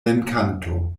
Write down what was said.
venkanto